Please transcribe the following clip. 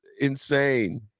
insane